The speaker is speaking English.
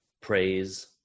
praise